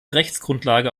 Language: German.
rechtsgrundlage